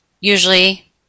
usually